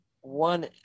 one